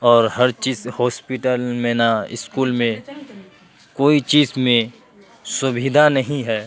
اور ہر چیز ہاسپٹل میں نہ اسکول میں کوئی چیز میں سویدھا نہیں ہے